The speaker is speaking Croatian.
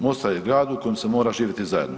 Mostar je grad u kojem se mora živjeti zajedno.